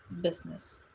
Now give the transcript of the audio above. business